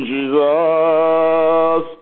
Jesus